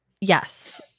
Yes